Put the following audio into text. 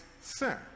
sin